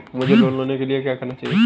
मुझे लोन लेने के लिए क्या चाहिए?